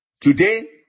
today